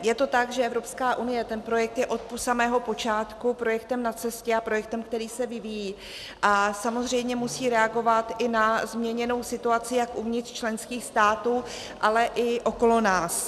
Je to tak, že Evropská unie, ten projekt je od samého počátku projektem na cestě a projektem, který se vyvíjí a samozřejmě musí reagovat i na změněnou situaci jak uvnitř členských států, ale i okolo nás.